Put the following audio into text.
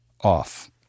off